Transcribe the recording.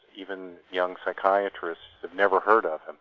even young psychiatrists, had never heard of him,